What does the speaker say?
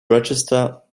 register